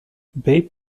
babe